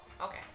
okay